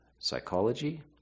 psychology